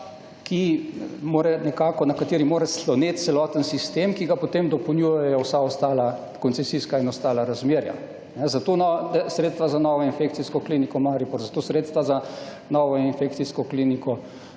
ki mora nekako, na kateri mora slonet celoten sistem, ki ga potem dopolnjujejo vsa ostala koncesijska in ostala razmerja. Zato no…, sredstva za novo infekcijsko kliniko Maribor, zato sredstva za novo infekcijsko kliniko